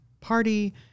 party